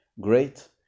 Great